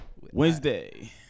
Wednesday